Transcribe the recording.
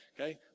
Okay